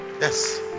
Yes